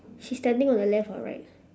she's standing on the left or right